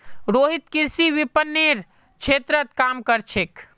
रोहित कृषि विपणनेर क्षेत्रत काम कर छेक